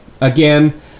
Again